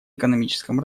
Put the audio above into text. экономическом